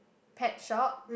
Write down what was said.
pet shop